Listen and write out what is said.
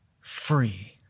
free